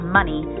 money